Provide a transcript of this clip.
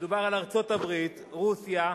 מדובר על ארצות-הברית, רוסיה,